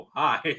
hi